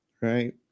right